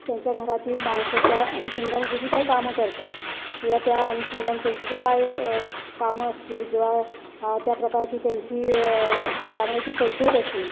त्यांच्या घरातील माणसं त्या अनुषंगानं ची जी काही कामं करतात किंवा त्या अनुषंगाने त्यांची जे काय कामं असतील किंवा त्या प्रकारची त्यांची जी वागण्याची पद्धत असेल